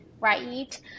right